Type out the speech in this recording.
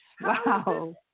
Wow